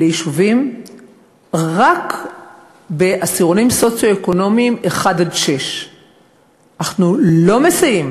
ליישובים רק בעשירונים סוציו-אקונומיים 1 6. אנחנו לא מסייעים